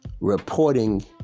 reporting